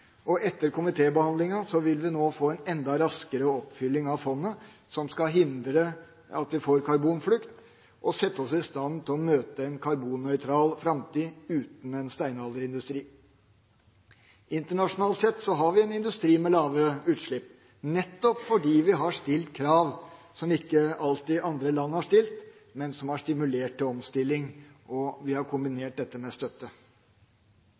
fagbevegelsen. Etter komitébehandlinga vil vi nå få en enda raskere oppfylling av fondet, som skal hindre at vi får karbonflukt, og sette oss i stand til å møte en karbonnøytral framtid uten en steinalderindustri. Internasjonalt sett har vi en industri med lave utslipp, nettopp fordi vi har stilt krav som ikke alltid andre land har stilt, men som har stimulert til omstilling, og vi har kombinert dette med støtte.